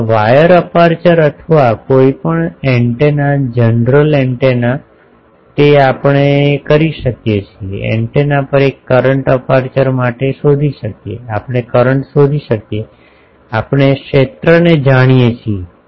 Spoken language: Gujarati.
હવે વાયર અપેર્ચર અથવા કોઈપણ એન્ટેના જનરલ એન્ટેના તે આપણે કરી શકીએ છીએ એન્ટેના પર એક કરંટ અપેર્ચર માટે શોધી શકીએ આપણે કરંટ શોધી શકીએ કે આપણે ક્ષેત્રને જાણીએ છીએ